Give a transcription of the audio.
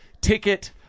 ticket